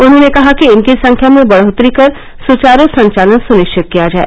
उन्होंने कहा कि इनकी संख्या में बढ़ोत्तरी कर सुचारू संचालन सुनिश्चित किया जाए